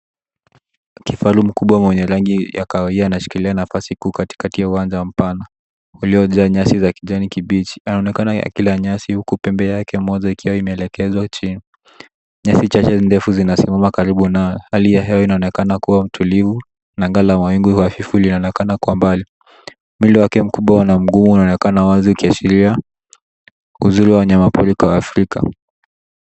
Kifaru mkubwa mwenye rangi ya kahawia anashikilia nafasi kuu katikati ya uwanja wa mpana uliojaa nyasi za kijani kibichi, anaonekana kila nyasi huku pembe yake moja ikiwa imeelekezwa chini , nyasi chache ndefu zinasimama karibu naye hali hewa inaonekana kuwa tulivu na anga la mawingu hafifu anaonekana kwa mbali ,mwili wake mkubwa una mguu unaonekana wazi kiashiria uzuri wa wanyama pori kwa wa Afrika.